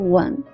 one